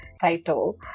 title